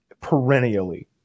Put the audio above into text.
perennially